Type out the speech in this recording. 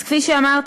אז כפי שאמרתי,